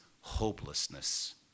hopelessness